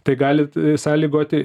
tai galit sąlygoti